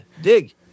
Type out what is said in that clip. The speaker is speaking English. dig